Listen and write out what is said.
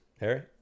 Harry